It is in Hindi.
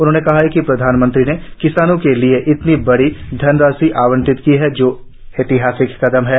उन्होंने कहा कि प्रधानमंत्री ने किसानों के लिये इतनी बड़ी धनराशि आवंटित की है जो कि ऐतिहासिक कदम है